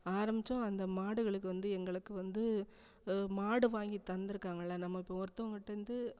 ஆரமித்தோம் அந்த மாடுகளுக்கு வந்து எங்களுக்கு வந்து மாடு வாங்கி தந்திருக்காங்கள நம்ம இப்போ ஒருத்தவங்கள்டேருந்து